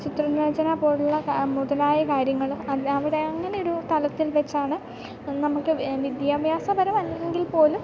ചിത്രരചന പോലെയുള്ള മുതലായ കാര്യങ്ങൾ അവിടെ അങ്ങനെയൊരു തലത്തിൽ വെച്ചാണ് നമുക്ക് വി വിദ്യാഭ്യാസ പരമല്ലെങ്കിൽ പോലും